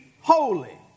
holy